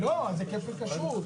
תקן כשרות.